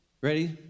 ready